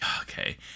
Okay